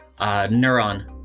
Neuron